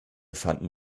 fanden